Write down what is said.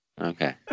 Okay